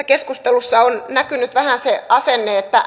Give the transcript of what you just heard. keskustelussa on näkynyt vähän se asenne että